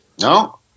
No